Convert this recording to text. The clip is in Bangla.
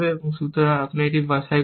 সুতরাং আপনি একটি বাছাই করুন